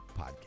podcast